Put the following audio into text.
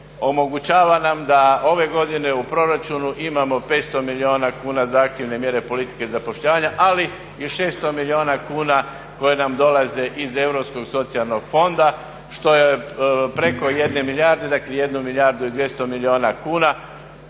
omogućava nam da ove godine u proračunu imamo 500 milijuna kuna zahtjevne mjere politike zapošljavanja ali i 600 milijuna kuna koje nam dolaze iz Europskog socijalnog fonda što je preko 1 milijarde, dakle 1 milijardu i 200 milijuna kuna.